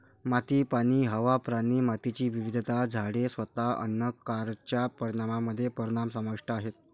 माती, पाणी, हवा, प्राणी, मातीची विविधता, झाडे, स्वतः अन्न कारच्या परिणामामध्ये परिणाम समाविष्ट आहेत